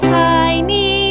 tiny